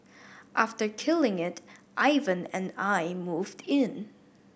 after killing it Ivan and I moved in